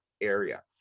area